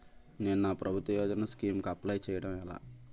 నేను నా ప్రభుత్వ యోజన స్కీం కు అప్లై చేయడం ఎలా?